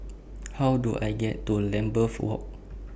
How Do I get to Lambeth Walk